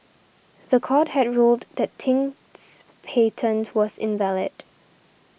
the court had ruled that Ting's patent was invalid